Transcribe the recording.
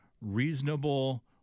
reasonable –